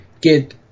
get